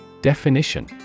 Definition